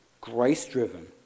grace-driven